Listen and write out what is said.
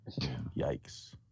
Yikes